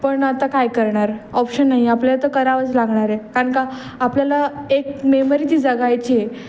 पण आता काय करणार ऑप्शन नाही आपल्याला तर करावंच लागणार आहे कारण का आपल्याला एक मेमरी जी जगायची आहे